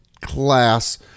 class